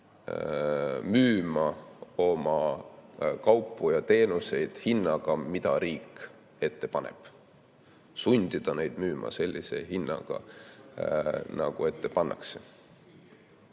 müüma oma kaupu ja teenuseid hinnaga, mida riik ette paneb. Sundida neid müüma sellise hinnaga, nagu ette pannakse!